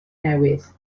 newydd